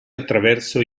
attraverso